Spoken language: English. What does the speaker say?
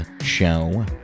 show